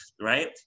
right